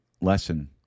lesson